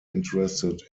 interested